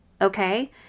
Okay